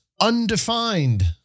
undefined